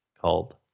called